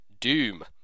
Doom